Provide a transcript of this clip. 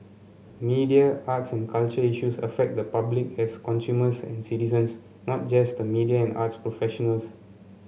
media arts and culture issues affect the public as consumers and citizens not just the media and arts professionals